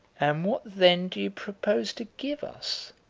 and what then do you propose to give us?